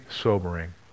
sobering